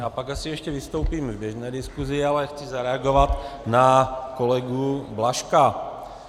Já pak asi ještě vystoupím v běžné diskuzi, ale chci zareagovat na kolegu Blažka.